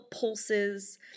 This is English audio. pulses